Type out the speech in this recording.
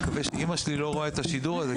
אני מקווה שאמא שלי לא רואה את השידור הזה,